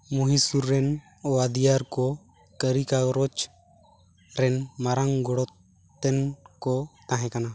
ᱢᱚᱦᱤᱥᱩᱨᱱ ᱨᱮᱱ ᱳᱣᱟᱫᱤᱭᱟᱨ ᱠᱚ ᱠᱟᱨᱤ ᱠᱟᱨᱚᱡᱽ ᱨᱮᱱ ᱢᱟᱨᱟᱝ ᱜᱚᱲᱚᱛᱮᱱ ᱠᱚ ᱛᱟᱦᱮ ᱠᱟᱱᱟ